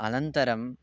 अनन्तरं